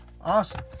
Awesome